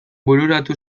bururatu